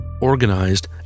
organized